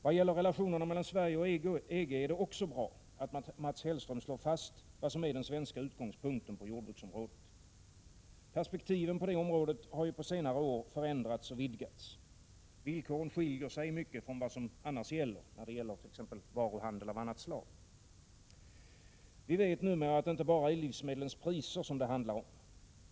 Vad gäller relationerna mellan Sverige och EG är det också bra att Mats Hellström slår fast vad som är den svenska utgångspunkten på jordbruksområdet. Perspektiven på detta område har på senare år förändrats och vidgats. Villkoren skiljer sig i mycket från vad som annars gäller, t.ex. i fråga om varuhandel av annat slag. Vi vet numera att det inte bara är livsmedlens priser det gäller.